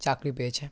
চাকরি পেয়েছে